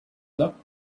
locked